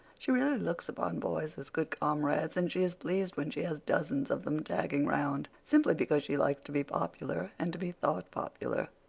she really looks upon boys as good comrades, and she is pleased when she has dozens of them tagging round, simply because she likes to be popular and to be thought popular.